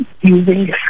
using